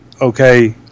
okay